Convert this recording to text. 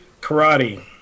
karate